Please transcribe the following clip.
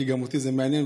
כי גם אותי זה מעניין.